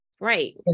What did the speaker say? Right